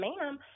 ma'am